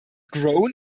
grown